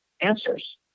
answers